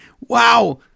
wow